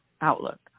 outlook